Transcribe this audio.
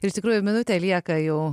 iš tikrųjų minutę lieka jau